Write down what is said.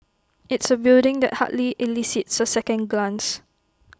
it's A building that hardly elicits A second glance